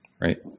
right